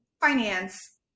finance